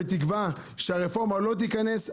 בתקווה שהרפורמה לא תיכנס.